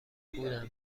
بودم